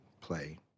play